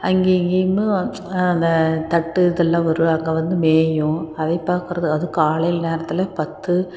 அங்கேயும் இங்கியும் அந்த தட்டு இதெல்லாம் வரும் அங்கே வந்து மேயும் அதை பாக்கிறது அது காலை நேரத்தில் பத்து